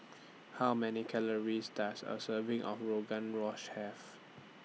How Many Calories Does A Serving of Rogan Have